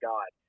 God